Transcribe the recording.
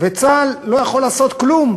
וצה"ל לא יכול לעשות כלום,